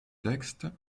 textes